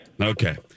okay